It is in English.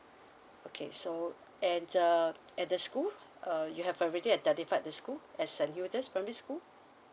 okay so and um at the school err you have already identified the school as I send you this from the school